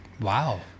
Wow